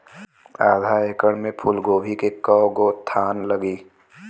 आधा एकड़ में फूलगोभी के कव गो थान लागी?